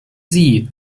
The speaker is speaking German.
sie